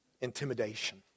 intimidation